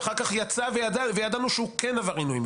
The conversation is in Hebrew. ואחר כך יצא וידענו שהוא כן עבר עינויים,